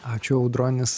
ačiū audronis